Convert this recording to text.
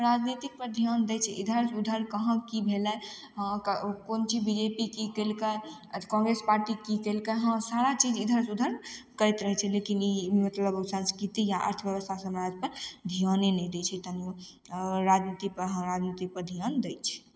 राजनीतिकपर ध्यान दै छै इधर उधर कहाँ की भेलय हँ क उ कोन चीज बी जे पी की कयलकइ आज काँग्रेस पार्टी की कयलकै हइ सारा चीज इधरसँ उधर करैत रहय छै लेकिन ई मतलब संस्कृति या अर्थव्यवस्थासँ हमरा आरके ध्याने नहि दै छै तनियो आओर राजनीतिकपर हँ राजनीतिकपर ध्याने दै छै